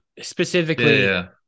specifically